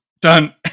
done